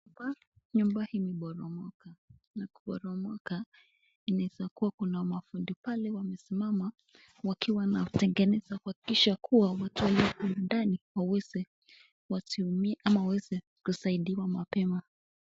Nyumba hii imeboromoka na kuboromoko, inaweza kuwa kuna mafundi pale wamesimama wakiwa na tengeneza kuhakikisha kuwa watu walio ndani waweze wasiumie ama waweze kusaidiwa mapema.